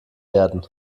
werden